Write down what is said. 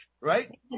right